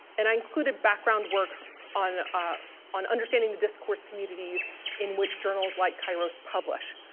and i included background work on ah on understanding the discourse communities in which journals like kairos publish.